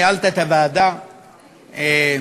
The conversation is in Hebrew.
ניהלת את הוועדה במקצועיות